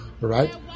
Right